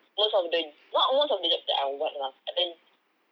most of the not most of the jobs that I want lah but then